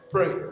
Pray